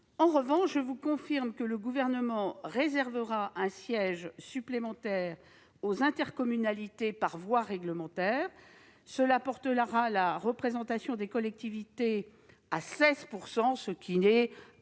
En revanche, je vous indique que le Gouvernement réservera un siège supplémentaire aux intercommunalités par voie réglementaire. Cela portera la représentation des collectivités à 16 %, ce taux étant assez